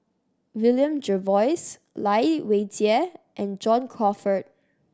William Jervois Lai Weijie and John Crawfurd